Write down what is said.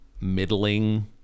middling